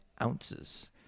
ounces